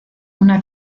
una